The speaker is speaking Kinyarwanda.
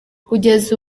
kugeza